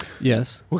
Yes